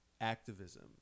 activism